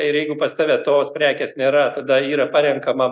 ir jeigu pas tave tos prekės nėra tada yra parenkama